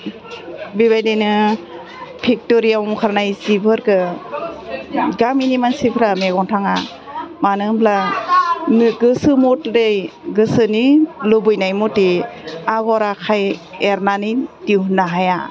बेबायदिनो फेक्ट'रियाव ओंखारनाय जिफोरखौ गामिनि मानसिफ्रा मेगन थाङा मानो होनब्ला गोसो मथे गोसोनि लुबैनाय मथे आग'र आखाइ एरनानै दिहुन्नो हाया